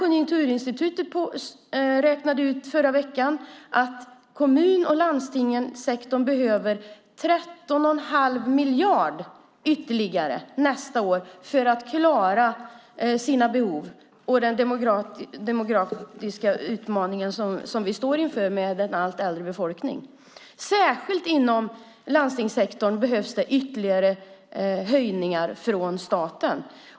Konjunkturinstitutet räknade i förra veckan ut att kommun och landstingssektorn behöver 13 1⁄2 miljard ytterligare nästa år för att klara sina behov och den demografiska utmaning som vi står inför med en allt äldre befolkning. Särskilt inom landstingssektorn behövs det ytterligare höjningar från staten.